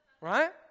Right